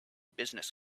business